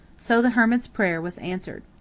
so the hermit's prayer was answered.